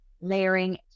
layering